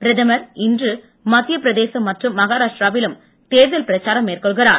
பிரதமர் இன்று மத்திய பிரதேசம் மற்றும் மகராஷ்டிராவிலும் தேர்தல் பிரச்சாரம் மேற்கொள்கிறார்